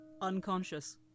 unconscious